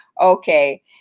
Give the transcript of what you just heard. okay